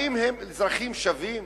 האם הם אזרחים שווים